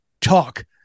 talk